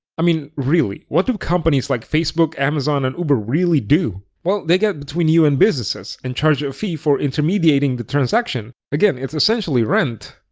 i mean, really, what do companies like facebook, amazon and uber really do? they get between you and businesses, and charge a fee for intermediating the transaction. again, it's essentially rent.